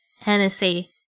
Hennessy